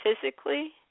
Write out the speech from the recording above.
physically